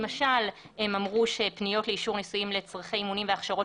למשל הם אמרו שפניות לאישור ניסויים לצרכי אימונים והכשרות